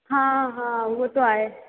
हा हा उहो त आहे